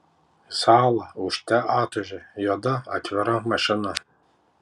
į salą ūžte atūžė juoda atvira mašina